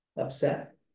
upset